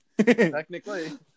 Technically